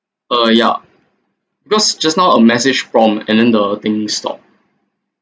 uh ya because just now a message from and then the thing stop